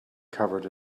covered